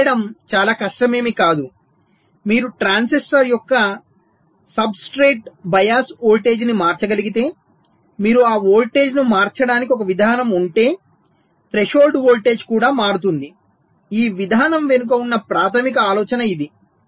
ఇది చేయటం చాలా కష్టమేమి కాదు మీరు ట్రాన్సిస్టర్ యొక్క సబ్స్ట్రేట్ బయాస్ వోల్టేజ్ను మార్చగలిగితే మీకు ఆ వోల్టేజ్ను మార్చడానికి ఒక విధానం ఉంటే థ్రెషోల్డ్ వోల్టేజ్ కూడా మారుతుంది ఈ విధానం వెనుక ఉన్న ప్రాథమిక ఆలోచన ఇది